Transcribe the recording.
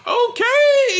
okay